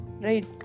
right